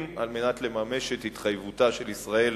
על מנת לממש את התחייבותה של ישראל